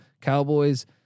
Cowboys